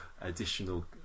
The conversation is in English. additional